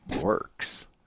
works